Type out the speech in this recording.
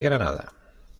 granada